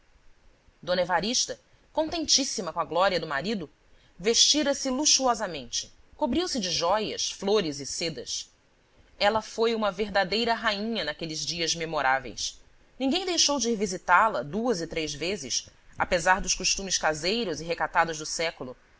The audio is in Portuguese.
d evarista contentíssima com a glória do marido vestiu-se luxuosamente cobriu-se de jóias flores e sedas ela foi uma verdadeira rainha naqueles dias memoráveis ninguém deixou de ir visitá-la duas e três vezes apesar dos costumes caseiros e recatados do século